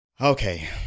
Okay